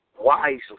wisely